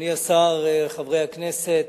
אדוני השר, חברי הכנסת,